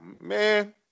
man